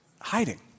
Hiding